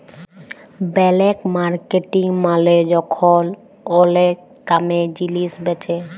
black marketing মালে যখল ওলেক দামে জিলিস বেঁচে